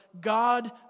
God